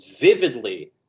vividly